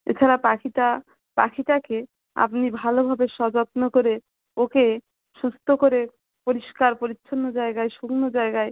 এছাড়া পাখিটা পাখিটাকে আপনি ভালোভাবে সযত্ন করে ওকে সুস্থ করে পরিষ্কার পরিচ্ছন্ন জায়গায় শুকনো জায়গায়